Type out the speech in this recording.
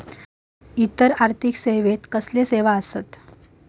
इतर आर्थिक सेवेत कसले सेवा आसत?